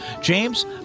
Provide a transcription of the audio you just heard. James